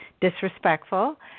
disrespectful